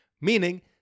Meaning